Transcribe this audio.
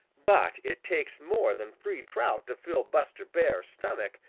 but it takes more than three trout to fill buster bear's stomach,